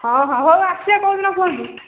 ହଁ ହଁ ହଉ ଆସିବେ କେଉଁ ଦିନ କୁହନ୍ତୁ